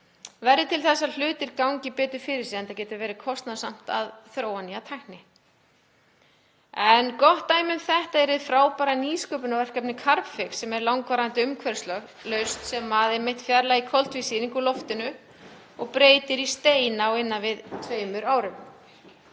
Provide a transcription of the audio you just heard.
verði til þess að hlutir gangi betur fyrir sig enda getur verið kostnaðarsamt að þróa nýja tækni. Gott dæmi um þetta er hið frábæra nýsköpunarverkefni Carbfix sem er langvarandi umhverfislausn sem fjarlægir einmitt koltvísýring úr loftinu og breytir í stein á innan við tveimur árum.